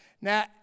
Now